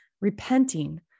repenting